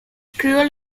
cruel